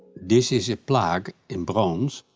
this is a plaque in bronze,